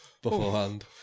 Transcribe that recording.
beforehand